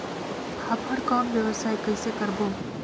फाफण कौन व्यवसाय कइसे करबो?